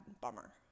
bummer